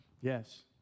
Yes